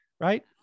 Right